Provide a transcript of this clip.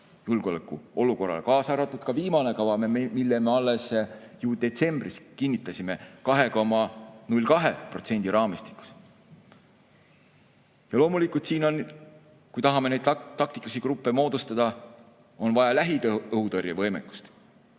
julgeolekuolukorrale, kaasa arvatud viimane kava, mille me alles detsembris kinnitasime 2,02% raamistikus. Loomulikult siin on, kui tahame taktikalisi gruppe moodustada, vaja lähiõhutõrje võimekust.